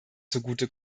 zugute